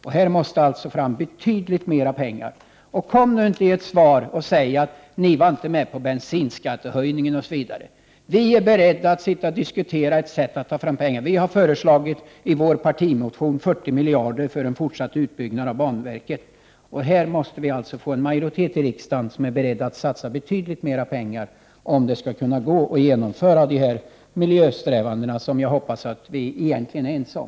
Här måste det alltså tas fram betydligt mer pengar. Kom nu inte och säg att ni inte var med om bensinskattehöjningen osv.! Vi är beredda att diskutera ett sätt att ta fram pengar. Vi har i vår partimotion föreslagit 40 miljarder för en fortsatt utbyggnad av banverket, och här måste det bli en majoritet i riksdagen som är beredd att satsa betydligt mer pengar, om det skall gå att fullfölja de miljösträvanden som jag hoppas att alla egentligen är ense om.